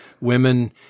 Women